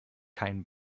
keinen